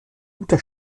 guter